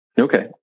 Okay